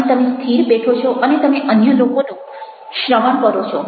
અને તમે સ્થિર બેઠો છો અને તમે અન્ય લોકોનું શ્રવણ કરો છો